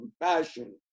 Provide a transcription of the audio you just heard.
compassion